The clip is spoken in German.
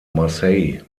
marseille